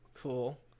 Cool